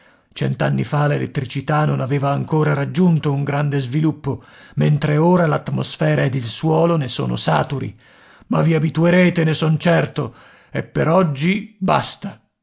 cent'anni fa l'elettricità non aveva ancora raggiunto un grande sviluppo mentre ora l'atmosfera ed il suolo ne sono saturi ma vi abituerete ne son certo e per oggi basta